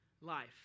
life